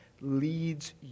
leads